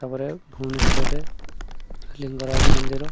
ତା'ପରେ ଭୁବନେଶ୍ୱରରେ ଲିଙ୍ଗରାଜ ମନ୍ଦିର